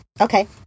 Okay